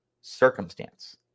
circumstance